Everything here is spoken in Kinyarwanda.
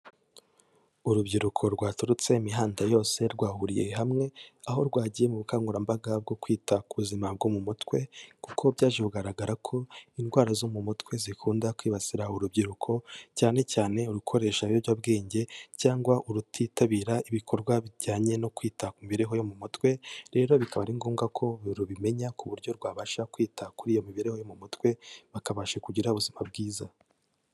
Urubyiruko rwaturutse imihanda yose rwahuriye hamwe, aho rwagiye mu bukangurambaga bwo kwita ku buzima bwo mu mutwe kuko byaje kugaragara ko indwara zo mu mutwe zikunda kwibasira urubyiruko, cyane cyane urukoresha ibiyobyabwenge cyangwa urutitabira ibikorwa bijyanye no kwita ku mibereho yo mu mutwe, rero bikaba ari ngombwa ko rubimenya ku buryo rwabasha kwita kuri iyo mibereho yo mu mutwe, bakabasha kugira ubuzima bwiza.